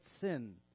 sin